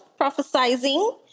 prophesizing